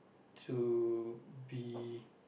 to be